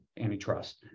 antitrust